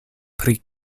pri